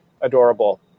adorable